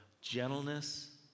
gentleness